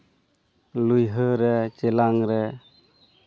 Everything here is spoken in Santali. ᱞᱩᱭᱦᱟᱹ ᱨᱮ ᱪᱮᱞᱟᱝ ᱨᱮ